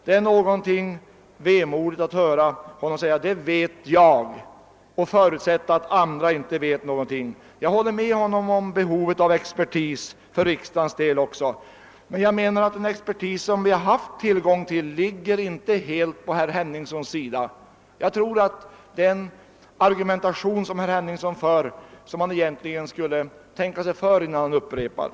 Det är nästan vemodigt att höra honom säga: Detta vet jag men ingen annan. Jag håller med honom om att riksdagen behöver rådfråga expertis. Men den expertis som vi har haft tillgång till har inte helt gått på herr Henningssons linje. Jag tror att herr Henningsson bör tänka sig för innan han upprepar de argument som han har anfört.